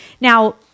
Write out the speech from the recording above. Now